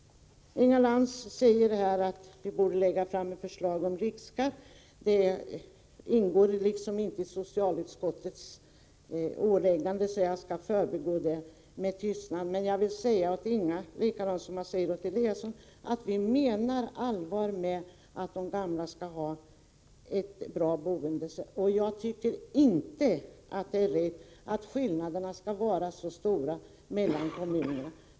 Inga Lantz säger att vi borde lägga fram ett förslag om riksskatt. Det tillhör liksom inte socialutskottets område, så det skall jag förbigå med tystnad. Men jag vill säga till Inga Lantz, liksom till Ingemar Eliasson, att vi menar allvar med att de gamla skall ha ett bra boende. Vi tycker inte det är rätt att skillnaderna skall vara så stora mellan kommunerna.